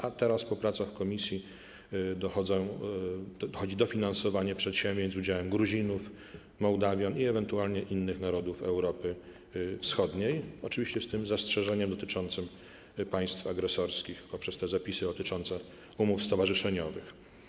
A teraz, po pracach komisji, dochodzi dofinansowanie przedsięwzięć z udziałem Gruzinów, Mołdawian i ewentualnie innych narodów Europy Wschodniej, oczywiście z tym zastrzeżeniem dotyczącym państw agresorskich poprzez te zapisy dotyczące umów stowarzyszeniowych.